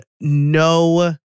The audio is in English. no